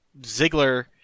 Ziggler